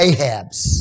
Ahab's